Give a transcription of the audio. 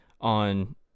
on